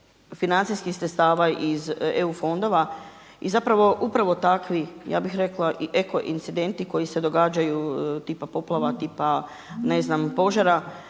financijskih sredstava iz EU fondova i zapravo upravo takvi ja bih rekla i eko incidenti koji se događaju tipa poplava, tipa ne znam požara